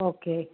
okay